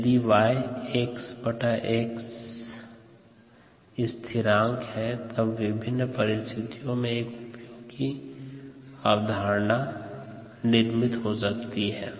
Y xs स्थिरांक है तब विभिन्न परिस्थितियों में एक उपयोगी अवधारणा निर्मित हो सकती है